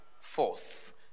force